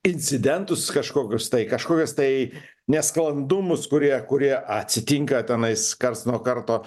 incidentus kažkokius tai kažkokius tai nesklandumus kurie kurie atsitinka tenais karts nuo karto